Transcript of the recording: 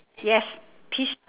yes peach